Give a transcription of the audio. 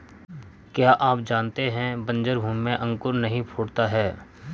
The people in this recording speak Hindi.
क्या आप जानते है बन्जर भूमि में अंकुर नहीं फूटता है?